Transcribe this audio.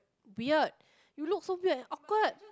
weird you look so weird and awkward